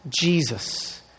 Jesus